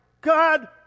God